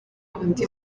undi